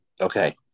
Okay